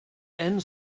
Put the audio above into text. end